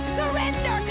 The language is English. surrender